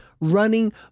Running